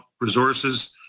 resources